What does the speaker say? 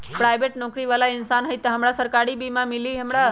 Private नौकरी बाला इंसान हई त हमरा सरकारी बीमा मिली हमरा?